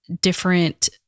different